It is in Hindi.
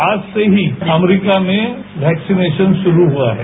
आज से ही अमरीका में वैक्सीनेशन शुरू हुआ है